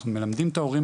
אנחנו מלמדים את ההורים,